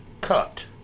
cut